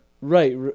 Right